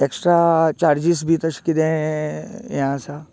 एक्स्ट्रां charges बी तशें कितें हे आसा